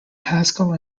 haskell